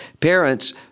parents